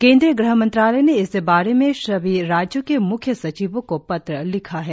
केन्द्रीय ग़हमंत्रालय ने इस बारे में सभी राज्यों के म्ख्य सचिवों को पत्र लिखा है